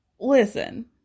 listen